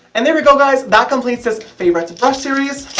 and there we go guys, that completes this favourite brush series,